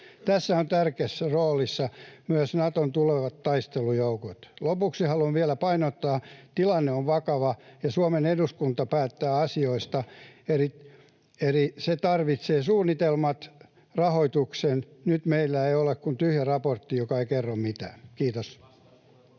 Tässä ovat tärkeässä roolissa myös Naton tulevat taistelujoukot. Lopuksi haluan vielä painottaa: tilanne on vakava, ja Suomen eduskunta päättää asioista, eli se tarvitsee suunnitelmat ja rahoituksen. Nyt meillä ei ole kuin tyhjä raportti, joka ei kerro mitään. — Kiitos.